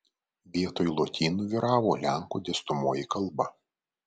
vietoj lotynų vyravo lenkų dėstomoji kalba